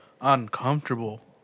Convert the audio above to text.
uncomfortable